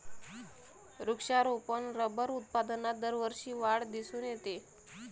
वृक्षारोपण रबर उत्पादनात दरवर्षी वाढ दिसून येते